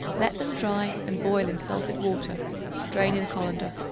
let them dry and boil in salted water drain in a colander.